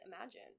imagine